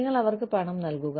നിങ്ങൾ അവർക്ക് പണം നൽകുക